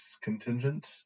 contingent